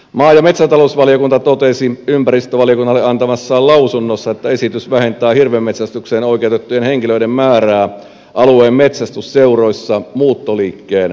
maa ja metsätalousvaliokunta totesi ympäristövaliokunnalle antamassaan lausunnossa että esitys vähentää hirvenmetsästykseen oikeutettujen henkilöiden määrää alueen metsästysseuroissa muuttoliikkeen takia